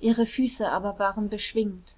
ihre füße aber waren beschwingt